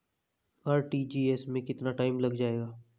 RTGS में कितना time लग जाएगा?